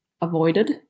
avoided